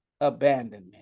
abandonment